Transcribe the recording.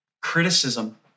Criticism